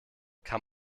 kann